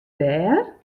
dêr